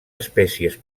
espècies